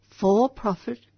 for-profit